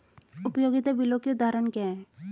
उपयोगिता बिलों के उदाहरण क्या हैं?